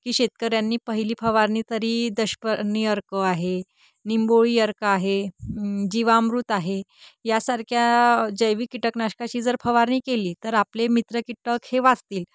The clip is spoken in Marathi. की शेतकऱ्यांनी पहिली फवारणी तरी दशपर्णी अर्क आहे निंबोळी अर्क आहे जीवामृत आहे यासारख्या जैविक कीटकनाशकाशी जर फवारणी केली तर आपले मित्र कीटक हे वाचतील